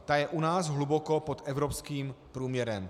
Ta je u nás hluboko pod evropským průměrem.